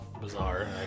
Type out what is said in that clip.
bizarre